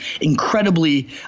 incredibly